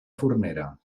fornera